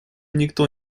никто